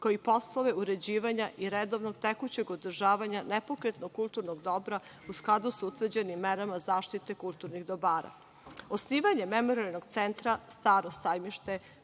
koji poslove uređivanja i redovnog tekućeg održavanja nepokretnog kulturnog dobra u skladu sa utvrđenim merama zaštite kulturnih dobara. Osnivanje Memorijalnog centra „Staro sajmište“